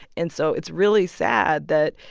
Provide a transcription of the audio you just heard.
and so it's really sad that,